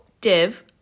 Div